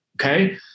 okay